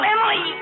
Emily